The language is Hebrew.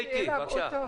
מעוף.